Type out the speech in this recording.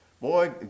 boy